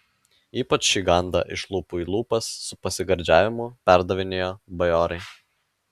ypač šį gandą iš lūpų į lūpas su pasigardžiavimu perdavinėjo bajorai